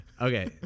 Okay